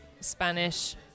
Spanish